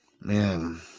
Man